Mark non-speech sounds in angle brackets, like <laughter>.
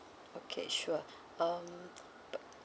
okay sure um <noise>